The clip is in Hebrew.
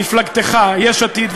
מפלגתך יש עתיד,